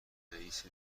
رئیست